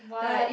what